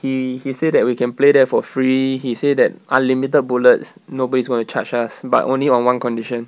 he he said that we can play there for free he said that unlimited bullets nobody's going to charge us but only on one condition